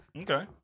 Okay